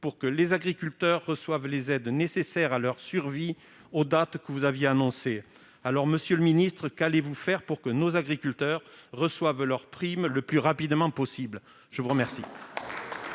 pour que les agriculteurs reçoivent les aides nécessaires à leur survie aux dates que vous aviez annoncées, monsieur le ministre. Par conséquent, qu'allez-vous faire pour que nos agriculteurs reçoivent leur prime le plus rapidement possible ? La parole